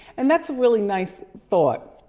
and that's a really nice thought.